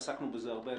עסקנו בזה הרבה.